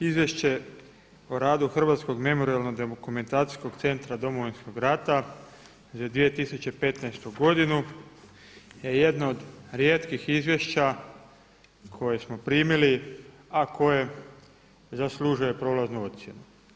Izvješće o radu Hrvatskog memorijalno-dokumentacijskog centra Domovinskog rata za 2015. godinu je jedno od rijetkih izvješća koje smo primili, a koje zaslužuje prolaznu ocjenu.